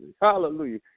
Hallelujah